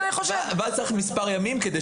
ואז צריך מספר ימים.